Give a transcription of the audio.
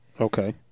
Okay